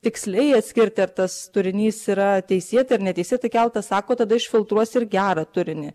tiksliai atskirti ar tas turinys yra teisėtai ar neteisėtai įkeltas sako tada išfiltruos ir gerą turinį